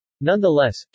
Nonetheless